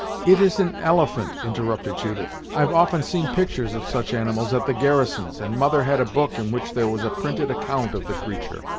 it is an elephant, interrupted judith. i've often seen pictures of such animals, at the garrisons, and mother had a book in which there was a printed account of the creature.